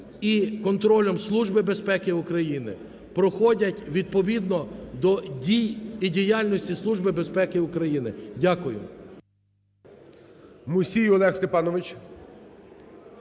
і контролем Служби безпеки України, проходять відповідно до дій і діяльності Служби безпеки України. Дякую.